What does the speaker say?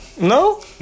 No